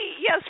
Yes